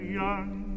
young